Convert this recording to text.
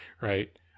Right